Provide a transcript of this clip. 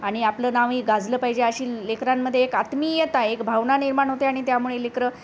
आणि आपलं नावही गाजलं पाहिजे अशी लेकरांमध्ये एक आत्मीयता एक भावना निर्माण होते आणि त्यामुळे लेकरं